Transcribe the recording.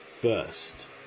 First